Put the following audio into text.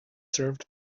served